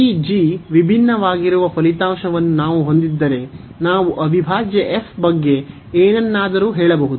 ಈ ವಿಭಿನ್ನವಾಗಿರುವ ಫಲಿತಾಂಶವನ್ನು ನಾವು ಹೊಂದಿದ್ದರೆ ನಾವು ಅವಿಭಾಜ್ಯ ಬಗ್ಗೆ ಏನನ್ನಾದರೂ ಹೇಳಬಹುದು